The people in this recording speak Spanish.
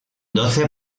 doce